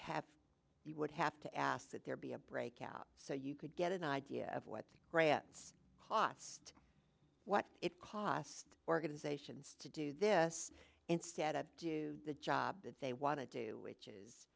have you would have to ask that there be a breakout so you could get an idea of what grants pots what it cost organizations to do this instead of do the job that they want to do which is